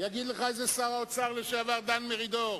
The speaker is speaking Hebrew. יגיד לך את זה שר האוצר לשעבר דן מרידור.